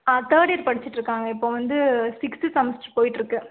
ஆ third year படிச்சுட்ருக்காங்க இப்போ வந்து சிக்ஸ்த்து செமஸ்ட்ரு போயிட்டிருக்கு